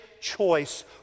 choice